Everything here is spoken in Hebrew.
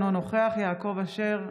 אינו נוכח יעקב אשר,